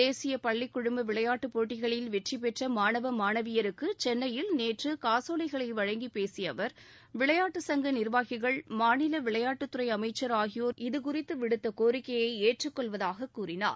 தேசிய பள்ளிக் குழும விளையாட்டுப் போட்டிகளில் வெற்றி பெற்ற மாணவ மாணவியருக்கு சென்னையில் நேற்று காசோலைகளை வழங்கிப் பேசிய அவர் விளையாட்டு சங்க நிர்வாகிகள் மாநில விளையாட்டுத்துறை அமைச்சர் ஆகியோர் இதுகுறித்து விடுத்த கோரிக்கையை ஏற்றுக் கொள்வதாகக் கூறினார்